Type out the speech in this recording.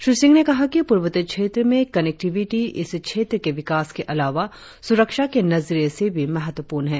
श्री सिंह ने कहा कि पूर्वोत्तर क्षेत्र में कनेक्टीविटी इस क्षेत्र के विकास के अलावा सुरक्षा के नजरिये से भी महत्वपूर्ण है